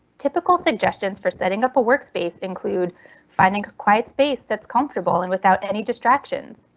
typical suggestions for setting up a workspace include finding a quiet space that's comfortable and without any distractions.